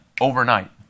overnight